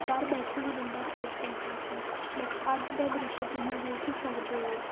ਘਰ ਬੈਠੇ ਵੀ ਬੰਦਾ ਖੇਡ ਸਕਦਾ ਸੀ ਬਟ ਅੱਜ ਦਾ ਦ੍ਰਿਸ਼ ਤੁਸੀਂ ਵੇਖ ਹੀ ਸਕਦੇ ਹੋ